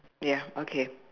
ya okay